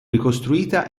ricostruita